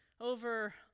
over